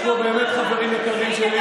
שם עדיין לא ישבת, שם